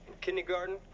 kindergarten